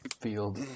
field